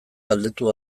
galdetu